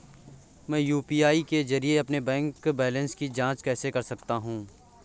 मैं यू.पी.आई के जरिए अपने बैंक बैलेंस की जाँच कैसे कर सकता हूँ?